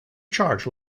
charge